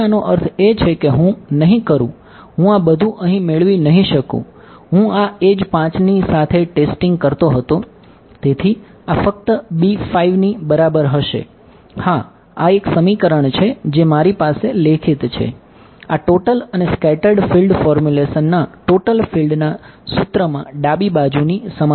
edge ના total ફિલ્ડના સૂત્રમાં ડાબી બાજુની સમાન છે